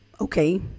Okay